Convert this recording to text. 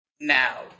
Now